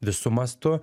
visu mastu